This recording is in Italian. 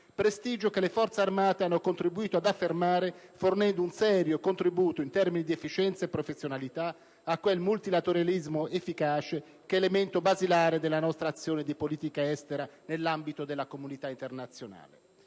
e che le Forze armate hanno contribuito ad affermare, fornendo un serio ausilio, in termini di efficienza e professionalità, a quel multilateralismo efficace che è elemento basilare alla nostra azione di politica estera nell'ambito della comunità internazionale.